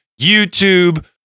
YouTube